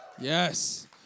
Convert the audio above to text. Yes